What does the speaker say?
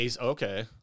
Okay